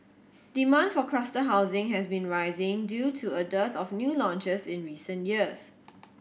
demand for cluster housing has been rising due to a dearth of new launches in recent years